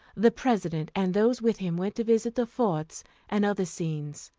the president and those with him went to visit the forts and other scenes,